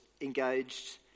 engaged